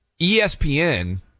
ESPN